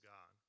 God